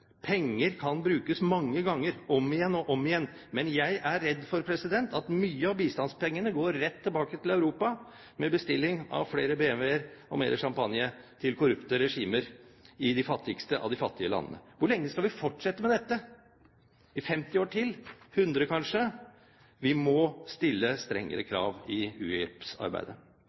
Penger kan brukes mange ganger, om igjen og om igjen, men jeg er redd for at mye av bistandspengene går rett tilbake til Europa, med bestilling av flere BMW-er og mer champagne til korrupte regimer i de fattigste av de fattige land. Hvor lenge skal vi fortsette med dette? I 50 år til – eller kanskje 100? Vi må stille strengere krav i